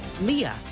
leah